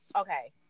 okay